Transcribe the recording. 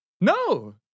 No